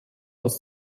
aus